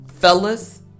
Fellas